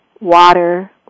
water